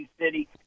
City